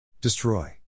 Destroy